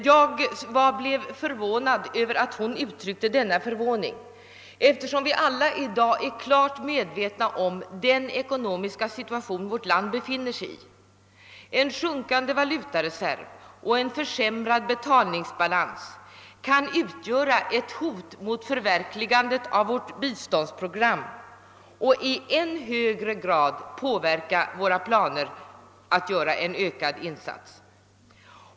Jag blev förvånad över att hon uttryckte denna förvåning, eftersom vi alla i dag är medvetna om den ekonomiska situation vårt land befinner sig i. En sjunkande valutareserv och en försämrad betalningsbalans kan vara ett hot redan mot förverkligandet av vårt biståndsprogram och i än högre grad påverka våra planer på att göra en ökad insats.